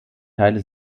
teile